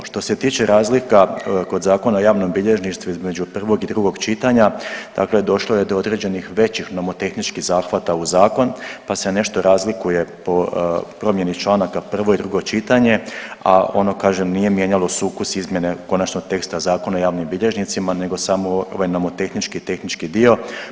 Što se tiče razlika kod Zakona o javnom bilježništvu između prvog i drugog čitanja, dakle došlo je do određenih većih nomotehničkih zahvata u zakon pa se nešto razlikuje po promjeni članaka prvo i drugo čitanje, a ono kažem nije mijenjalo sukus izmjene konačnog teksta Zakona o javnim bilježnicima nego samo ovaj nomotehnički i tehnički dio.